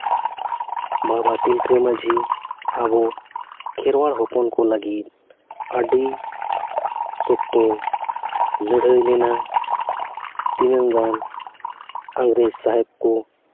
ᱵᱟᱵᱟ ᱛᱤᱞᱠᱟᱹ ᱢᱟᱹᱡᱷᱤ ᱟᱵᱚ ᱠᱷᱮᱨᱣᱟᱲ ᱦᱚᱯᱚᱱ ᱠᱚ ᱞᱟᱹᱜᱤᱫ ᱟᱹᱰᱤ ᱥᱚᱠᱛᱚᱭ ᱞᱟᱹᱲᱦᱟᱹᱭ ᱞᱮᱱᱟ ᱛᱤᱱᱟᱹᱝ ᱜᱟᱱ ᱤᱝᱨᱮᱡᱽ ᱥᱟᱦᱮᱵᱽ ᱠᱚ